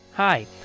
Hi